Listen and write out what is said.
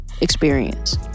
experience